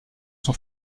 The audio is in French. son